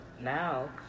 now